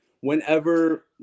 whenever